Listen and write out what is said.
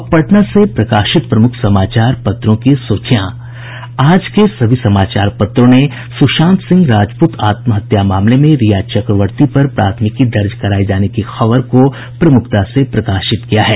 अब पटना से प्रकाशित प्रमुख समाचार पत्रों की सुर्खियां आज के सभी समाचार पत्रों ने सुशांत सिंह राजपूत आत्म हत्या मामले में रिया चक्रवर्ती पर प्राथमिकी दर्ज कराये जाने की खबर को प्रमुखता से प्रकाशित किया है